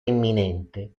imminente